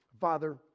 Father